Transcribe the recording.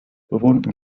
bewohnten